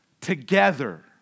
together